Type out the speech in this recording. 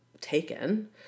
taken